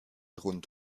rund